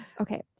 Okay